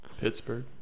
Pittsburgh